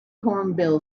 hornbill